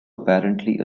apparently